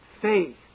faith